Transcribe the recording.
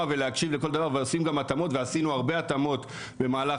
והקשיב לכל דבר ועושים גם התאמות ועשינו הרבה התאמות במהלך